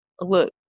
look